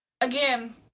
again